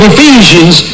Ephesians